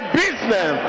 business